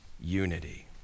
unity